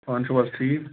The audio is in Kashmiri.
پانہٕ چھِو حظ ٹھیٖک